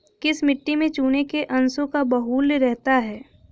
किस मिट्टी में चूने के अंशों का बाहुल्य रहता है?